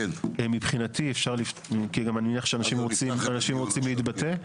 אני מניח שאנשים רוצים להתבטא,